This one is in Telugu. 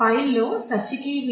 ఫైల్